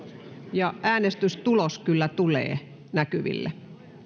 ja äänestystulos kyllä tulee näkyville